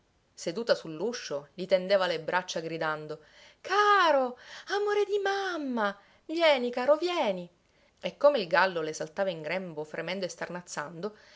seduta sull'uscio gli tendeva le braccia gridando caro amore di mamma vieni caro vieni e come il gallo le saltava in grembo fremendo